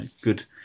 good